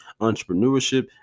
entrepreneurship